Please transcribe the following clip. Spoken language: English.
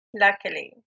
Luckily